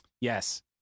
Yes